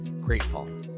grateful